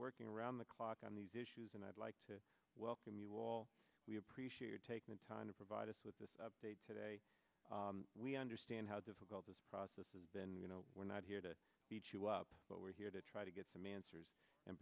working around the clock on these issues and i'd like to welcome you all we appreciate your taking the time to provide us with this update today we understand how difficult this process has been you know we're not here to beat you up but we're here to try to get some answers and